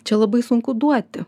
čia labai sunku duoti